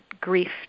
grief